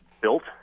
built